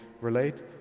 relate